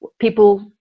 people